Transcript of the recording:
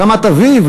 ברמת-אביב,